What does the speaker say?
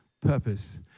purpose